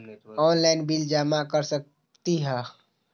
Online bill जमा कर सकती ह?